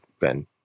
Ben